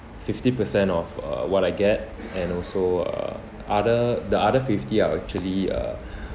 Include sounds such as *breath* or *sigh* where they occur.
fifty percent of uh what I get and also uh other the other fifty I'll actually uh *breath*